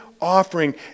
offering